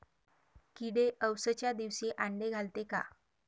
किडे अवसच्या दिवशी आंडे घालते का?